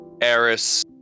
Eris